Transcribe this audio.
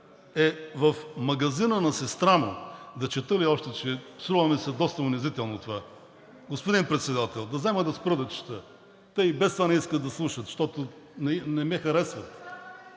е в магазина на сестра му. Да чета ли още? Струва ми се доста унизително това. Господин Председател, да взема да спра да чета – те и без това не искат да слушат, защото не ме харесват.